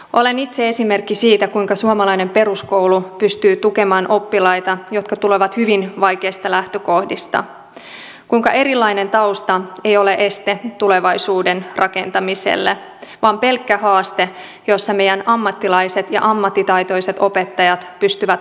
olen itse esimerkki siitä kuinka suomalainen peruskoulu pystyy tukemaan oppilaita jotka tulevat hyvin vaikeista lähtökohdista kuinka erilainen tausta ei ole este tulevaisuuden rakentamiselle vaan pelkkä haaste jossa meidän ammattilaiset ja ammattitaitoiset opettajat pystyvät auttamaan